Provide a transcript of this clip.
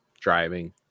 driving